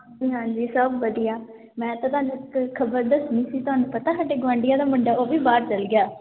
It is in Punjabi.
ਹਾਂਜੀ ਹਾਂਜੀ ਸਭ ਵਧੀਆ ਮੈਂ ਤਾਂ ਤੁਹਾਨੂੰ ਇੱਕ ਖਬਰ ਦੱਸਣੀ ਸੀ ਤੁਹਾਨੂੰ ਪਤਾ ਸਾਡੇ ਗੁਆਂਢੀਆਂ ਦਾ ਮੁੰਡਾ ਉਹ ਵੀ ਬਾਹਰ ਚਲ ਗਿਆ